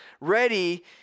ready